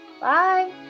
Bye